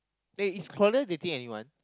eh is Claudia dating anyone